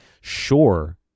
sure